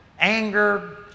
anger